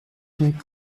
une